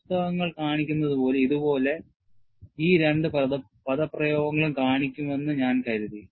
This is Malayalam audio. പുസ്തകങ്ങൾ കാണിക്കുന്നതുപോലെ ഇതുപോലെ ഈ രണ്ട് പദപ്രയോഗങ്ങളും കാണിക്കുമെന്ന് ഞാൻ കരുതി